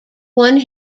won